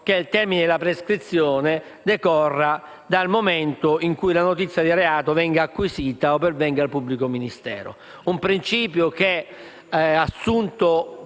il termine della prescrizione decorra dal momento in cui la notizia di reato venga acquisita o pervenga al pubblico ministero.